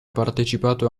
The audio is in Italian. partecipato